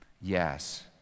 Yes